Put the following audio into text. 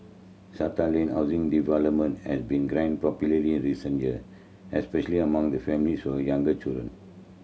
strata landed housing development has been popularity recent year especially among the families or younger children